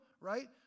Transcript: right